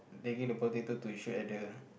taking the potato to shoot at the